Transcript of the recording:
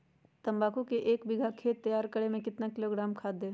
तम्बाकू के एक बीघा खेत तैयार करें मे कितना किलोग्राम खाद दे?